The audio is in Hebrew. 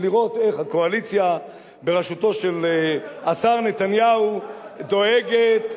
ולראות איך הקואליציה בראשותו של השר נתניהו דואגת,